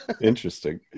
Interesting